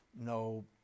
no